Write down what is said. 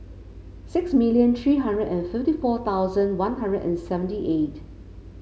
six million three hundred and fifty four thousand One Hundred and seventy eight